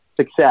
success